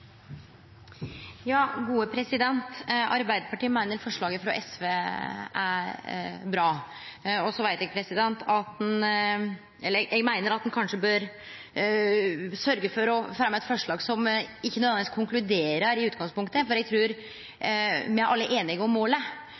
Arbeidarpartiet meiner at forslaget frå SV er bra. Eg meiner at ein kanskje bør sørgje for å fremje eit forslag som ikkje nødvendigvis konkluderer i utgangspunktet, for eg trur me alle er einige om målet.